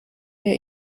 der